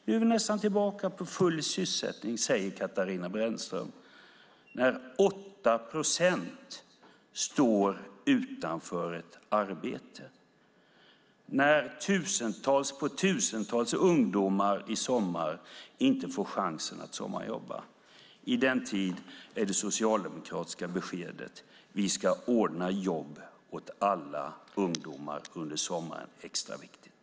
Nu är vi nästan tillbaka till full sysselsättning, säger Katarina Brännström. När 8 procent står utan ett arbete, när tusentals på tusentals ungdomar i sommar inte får chansen att sommarjobba, då är det socialdemokratiska beskedet att vi ska ordna jobb åt alla ungdomar under sommaren extra viktigt.